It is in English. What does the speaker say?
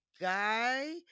guy